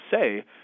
say